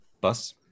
bus